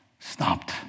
Stopped